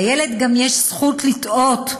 לילד גם יש זכות לטעות.